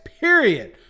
period